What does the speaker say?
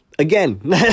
Again